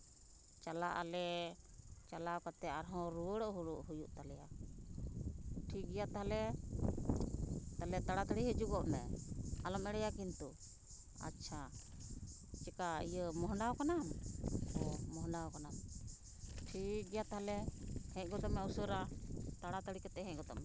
ᱪᱟᱞᱟᱜᱼᱟᱞᱮ ᱪᱟᱞᱟᱣ ᱠᱟᱛᱮᱫ ᱟᱨᱦᱚᱸ ᱨᱩᱣᱟᱹᱲᱚᱜ ᱦᱩᱭᱩᱜ ᱛᱟᱞᱮᱭᱟ ᱴᱷᱤᱠᱜᱮᱭᱟ ᱛᱟᱦᱞᱮ ᱛᱟᱞᱦᱮ ᱛᱟᱲᱟᱛᱟᱹᱲᱤ ᱦᱤᱡᱩᱜᱚᱜ ᱢᱮ ᱟᱞᱚᱢ ᱮᱲᱮᱭᱟ ᱠᱤᱱᱛᱩ ᱟᱪᱪᱷᱟ ᱪᱮᱠᱟ ᱤᱭᱟᱹ ᱢᱚᱦᱰᱟᱣ ᱠᱟᱱᱟᱢ ᱚ ᱢᱚᱦᱰᱟᱣ ᱠᱟᱱᱟᱢ ᱴᱷᱤᱠᱜᱮᱭᱟ ᱛᱟᱦᱞᱮ ᱦᱮᱡ ᱜᱚᱫᱚᱜ ᱢᱮ ᱩᱥᱟᱹᱨᱟ ᱛᱟᱲᱟᱛᱟᱲᱤ ᱠᱟᱛᱮᱫ ᱦᱮᱡ ᱜᱚᱫᱚᱜ ᱢᱮ